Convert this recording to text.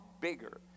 bigger